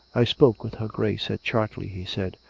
i spoke with her grace at chartley, he said.